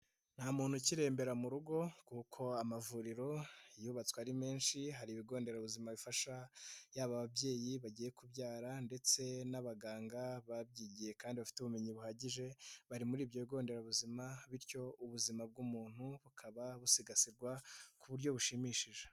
Nta muntu ukimbera mu rugo kuko amavuriro yubatswe ari menshi hari ibigo nderabuzima bifasha yaba ababyeyi bagiye kubyara ndetse n'abaganga babyigiye kandi bafite ubumenyi buhagije, bari muri ibyo bigo nderabuzima bityo ubuzima bw'umuntu bukaba busigasirwa ku buryo bushimishije.